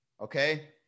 okay